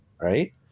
Right